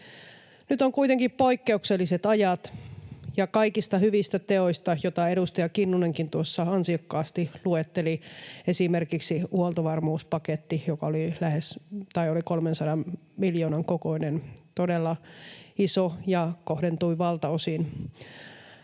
Nyt on kuitenkin poikkeukselliset ajat. Ja kaikista hyvistä teoista, joita edustaja Kinnunenkin tuossa ansiokkaasti luetteli, esimerkiksi huoltovarmuuspaketti, joka oli 300 miljoonan kokoinen, todella iso, ja kohdentui valtaosin